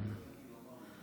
דרך אגב,